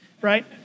right